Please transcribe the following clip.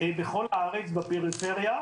בכל הארץ, בפריפריה,